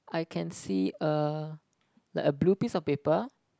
I can see a like a blue piece of paper